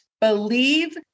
believe